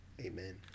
Amen